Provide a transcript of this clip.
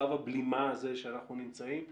שלב הבלימה הזה שאנחנו נמצאים בו,